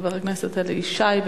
חבר הכנסת אלי ישי.